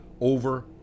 over